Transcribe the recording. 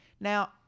Now